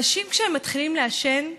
אנשים, כשהם מתחילים לעשן,